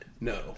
No